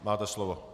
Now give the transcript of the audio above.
Máte slovo.